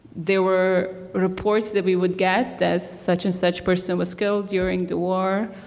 there were reports that we would get that such and such person was killed during the war.